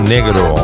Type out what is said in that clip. Negro